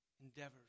endeavors